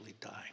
die